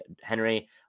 Henry